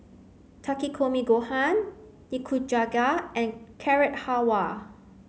Takikomi Gohan Nikujaga and Carrot Halwa